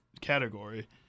category